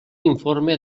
informe